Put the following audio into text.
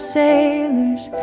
sailors